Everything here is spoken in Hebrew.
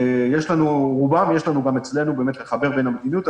את רובם יש לנו גם אצלנו, לחבר בין המדיניות.